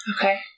Okay